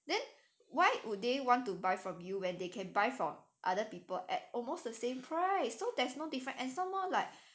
then why would they want to buy from you when they can buy from other people at almost the same price so there is no different and some more like